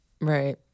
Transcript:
Right